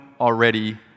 already